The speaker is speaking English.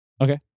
Okay